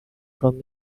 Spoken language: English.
from